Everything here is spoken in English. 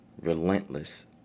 Relentless